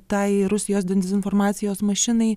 tai rusijos dezinformacijos mašinai